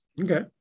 Okay